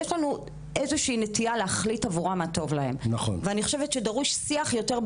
אני כן מכירה איזשהו פרויקט שיש לנו עם נגב